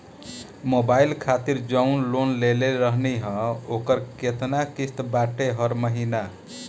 Mobile खातिर जाऊन loan लेले रहनी ह ओकर केतना किश्त बाटे हर महिना?